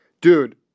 Dude